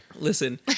Listen